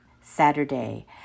Saturday